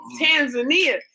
Tanzania